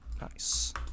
Nice